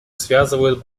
связывают